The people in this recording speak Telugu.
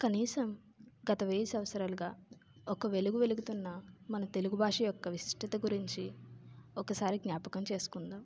కనీసం గత వెయ్యి సంవత్సరాలుగా ఒక వెలుగు వెలుగుతున్న మన తెలుగు భాష యొక్క విశిష్టత గురించి ఒకసారి జ్ఞాపకం చేసుకుందాం